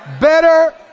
better